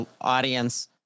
audience